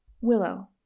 Willow